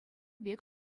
пек